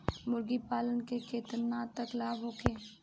मुर्गी पालन से केतना तक लाभ होखे?